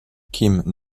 kim